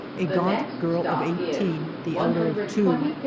a gaunt girl of eighteen, the elder of two,